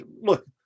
look